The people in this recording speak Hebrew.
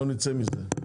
לא נצא מזה.